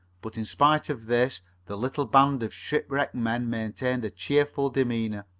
but in spite of this the little band of shipwrecked men maintained a cheerful demeanor.